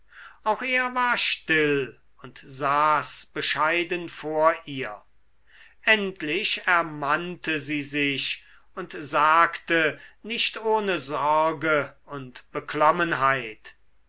auch er war still und saß bescheiden vor ihr endlich ermannte sie sich und sagte nicht ohne sorge und beklommenheit